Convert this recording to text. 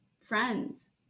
friends